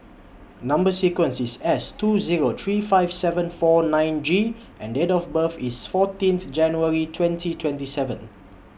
Number sequence IS S two Zero three five seven four nine G and Date of birth IS fourteen th January twenty twenty seven